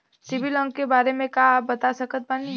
CIBIL अंक के बारे मे का आप बता सकत बानी?